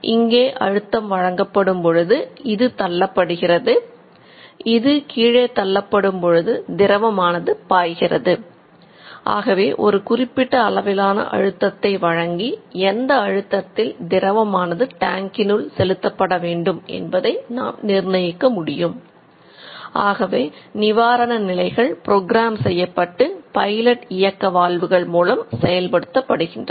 இங்கே அழுத்தம் மூலம் செயல்படுத்தப்படுகின்றன